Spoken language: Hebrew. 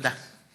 תודה.